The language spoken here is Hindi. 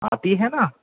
आती है ना